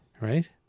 Right